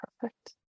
perfect